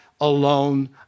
alone